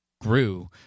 grew